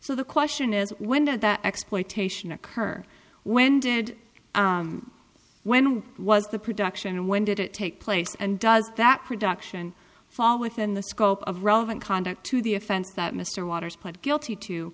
so the question is when did that exploitation occur when did when what was the production and when did it take place and does that production fall within the scope of relevant conduct to the offense that mr waters pled guilty to